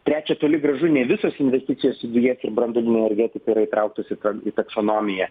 trečia toli gražu ne visos investicijos į dujas ir branduolinę energetiką yra įtrauktos į taksonomiją